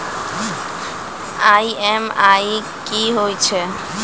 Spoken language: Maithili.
ई.एम.आई कि होय छै?